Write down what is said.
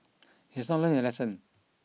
he has not learnt his lesson